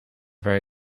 very